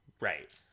Right